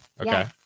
okay